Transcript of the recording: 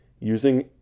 Using